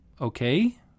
okay